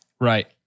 Right